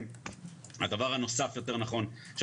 אז יש